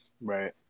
Right